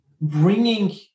bringing